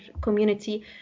community